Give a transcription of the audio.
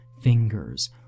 fingers